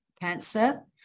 cancer